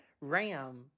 Ram